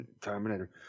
terminator